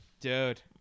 Dude